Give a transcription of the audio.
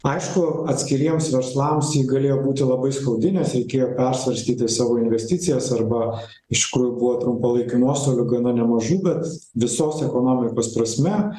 aišku atskiriems verslams ji galėjo būti labai skaudi nes reikėjo persvarstyti savo investicijas arba iš tikrųjų buvo trumpalaikių nuostolių gana nemažų bet visos ekonomikos prasme